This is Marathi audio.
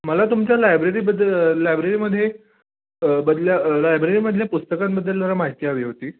मला तुमच्या लायब्ररीबद्दल लायब्ररीमध्ये बदल्या लायब्ररीमधल्या पुस्तकांबद्दल जरा माहिती हवी होती